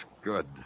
good